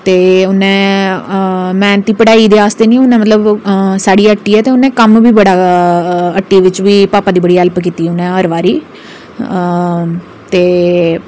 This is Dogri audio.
ते उ'न्नै मैह्नत पढ़ाई दे आस्तै नेईं उ'न्नै मतलब साढ़ी हट्टी ऐ ते उन्नै कम्म बी बड़ा हट्टी बिच बी भापा दी बड़ी हैल्प कीती उ'न्नै हर बारी हां ते